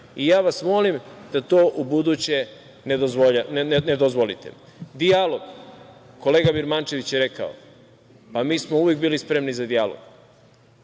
Ja vas molim da to ubuduće ne dozvolite. Dijalog, kolega Birmančević je rekao, pa mi smo uvek bili spremni za dijalog,